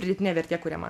pridėtinė vertė kuriama